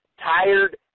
tired